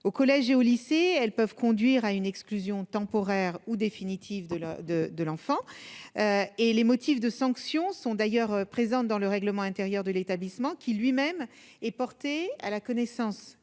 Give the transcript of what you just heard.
au collège et au lycée, elles peuvent conduire à une exclusion temporaire ou définitive de la de de l'enfant et les motifs de sanctions sont d'ailleurs présentes dans le règlement intérieur de l'établissement, qui lui-même est porté à la connaissance